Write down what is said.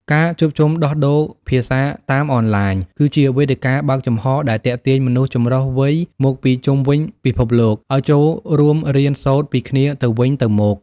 ការជួបជុំដោះដូរភាសាតាមអនឡាញ គឺជាវេទិកាបើកចំហដែលទាក់ទាញមនុស្សចម្រុះវ័យមកពីជុំវិញពិភពលោកឱ្យចូលរួមរៀនសូត្រពីគ្នាទៅវិញទៅមក។